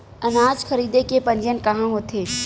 अनाज खरीदे के पंजीयन कहां होथे?